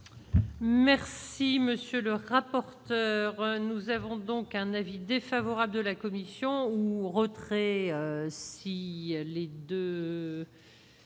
Merci, monsieur le rapporteur, nous avons donc un avis défavorable de la commission ou retrait. Si les 2